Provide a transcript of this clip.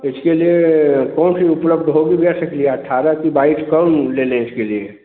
इसके लिए कौन सी उपलब्ध होगी जैसे कि अट्ठारह कि बाईस कौन ले लें इसके लिए